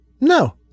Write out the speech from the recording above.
No